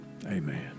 Amen